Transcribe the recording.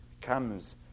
comes